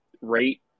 rate